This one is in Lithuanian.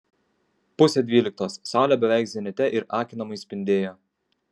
pusė dvyliktos saulė beveik zenite ir akinamai spindėjo